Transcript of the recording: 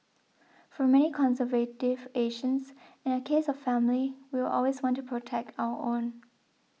for many conservative Asians in the case of family we will always want to protect our own